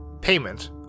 Payment